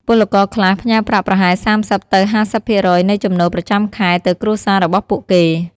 ពលករខ្លះផ្ញើប្រាក់ប្រហែល ៣០ ទៅ ៥០ ភាគរយនៃចំណូលប្រចាំខែទៅគ្រួសាររបស់ពួកគេ។